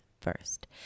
first